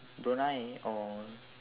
Brunei or